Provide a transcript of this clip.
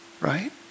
right